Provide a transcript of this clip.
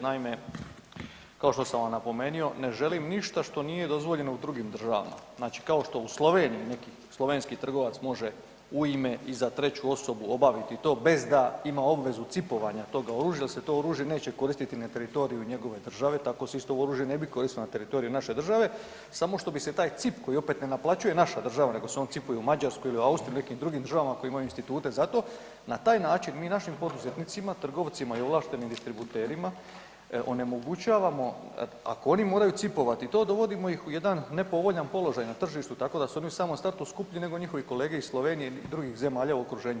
Naime, kao što sam vam napomenuo, ne želim ništa što nije dozvoljeno u drugim državama, znači kao što u Sloveniji neki slovenski trgovac može u ime i za treću osobu obaviti to bez da ima obvezu cipovanja toga oružja da se to oružje neće koristiti na teritoriju njegove države, tako se isto oružje ne bi koristilo na teritoriju naše države samo što bi se taj CIP koji opet ne naplaćuje naša država nego se on cipuje u Mađarskoj ili Austriji ili u nekim drugim državama koje imaju institute za to na taj način mi našim poduzetnicima, trgovcima i ovlaštenim distributerima onemogućavamo ako oni moraju cipovati to dovodimo ih u jedan nepovoljan položaj na tržištu tko da su oni u samom startu skuplji nego njihovi kolege iz Slovenije i drugih zemalja u okruženju.